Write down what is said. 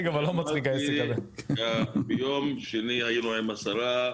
היינו היום עם השרה,